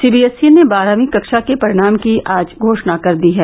CBSE ने बारहवीं कक्षा के परिणाम की आज घोषणा कर दी है